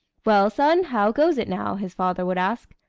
well, son, how goes it now? his father would ask.